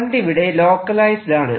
current ഇവിടെ localised ആണ്